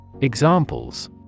Examples